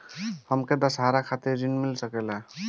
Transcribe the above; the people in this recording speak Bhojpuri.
हमके दशहारा खातिर ऋण मिल सकेला का?